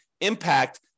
impact